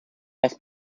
was